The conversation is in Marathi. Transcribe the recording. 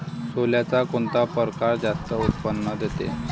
सोल्याचा कोनता परकार जास्त उत्पन्न देते?